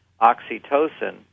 oxytocin